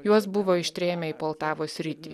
juos buvo ištrėmę į poltavos sritį